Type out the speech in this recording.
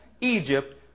Egypt